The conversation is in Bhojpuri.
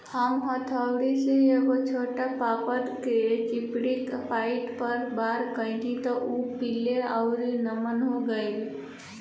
हम हथौड़ा से एगो छोट पादप के चिपचिपी पॉइंट पर वार कैनी त उ पीले आउर नम हो गईल